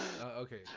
Okay